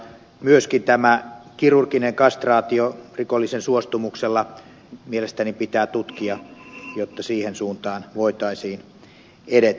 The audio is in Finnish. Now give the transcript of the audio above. myöskin kirurginen kastraatio rikollisen suostumuksella mielestäni pitää tutkia jotta siihen suuntaan voitaisiin edetä